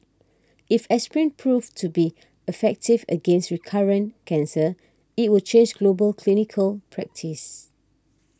if aspirin proves to be effective against recurrent cancer it will change global clinical practice